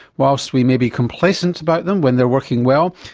whilst we may be complacent about them when they're working well,